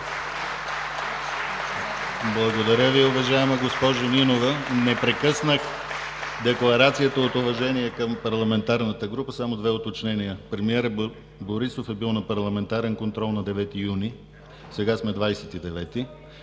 Благодаря Ви, уважаема госпожо Нинова. Не прекъснах декларацията от уважение към парламентарната група. Само две уточнения – премиерът Борисов е бил на парламентарен контрол на 9 юни 2017 г., а